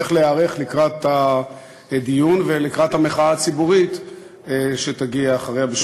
איך להיערך לקראת הדיון ולקראת המחאה הציבורית שתגיע אחריו.